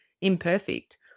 imperfect